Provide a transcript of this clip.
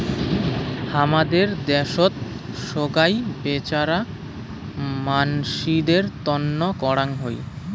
হামাদের দ্যাশোত সোগায় বেচেরা মানসিদের তন্ন করাং হই